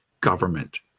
government